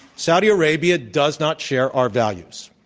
saudi arabia does not share our values.